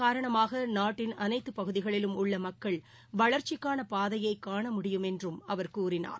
காரணமாகநாட்டின் அனைத்துபகுதிகளிலும் உள்ளமக்கள் வளர்ச்சிக்கானபாதையைகாண இதன் முடியும் என்றுஅவர் கூறினார்